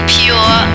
pure